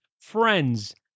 friends